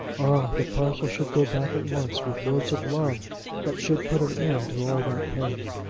the parcel should go back at once with words of love that should put an end to all that pain!